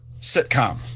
sitcom